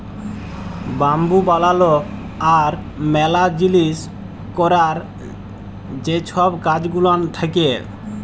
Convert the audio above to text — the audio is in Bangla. বাম্বু বালালো আর ম্যালা জিলিস ক্যরার যে ছব কাজ গুলান থ্যাকে